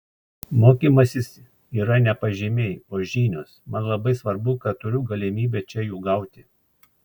mokymasis yra ne pažymiai o žinios man labai svarbu kad turiu galimybę čia jų gauti